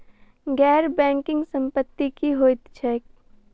गैर बैंकिंग संपति की होइत छैक?